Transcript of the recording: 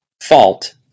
fault